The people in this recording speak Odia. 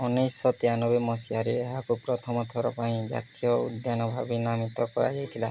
ଉଣେଇଶି ଶହ ତେୟାନବେ ମସିହାରେ ଏହାକୁ ପ୍ରଥମ ଥର ପାଇଁ ଜାତୀୟ ଉଦ୍ୟାନ ଭାବେ ନାମିତ କରାଯାଇଥିଲା